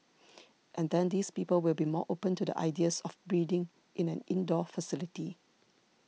and then these people will be more open to the ideas of breeding in an indoor facility